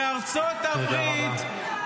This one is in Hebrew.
בארצות הברית,